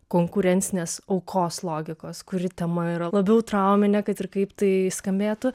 konkurencinės aukos logikos kuri tema yra labiau trauminė kad ir kaip tai skambėtų